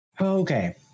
Okay